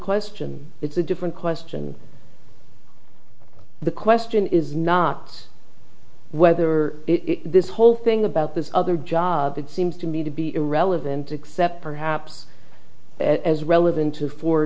question it's a different question the question is not whether this whole thing about this other job that seems to me to be irrelevant except perhaps as relevant to